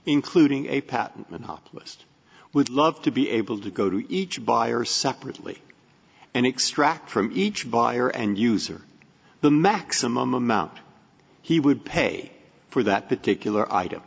including a patent would love to be able to go to each buyer separately and extract from each buyer and use or the maximum amount he would pay for that particular item